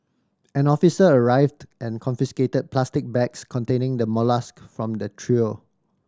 an officer arrived and confiscated plastic bags containing the molluscs from the trio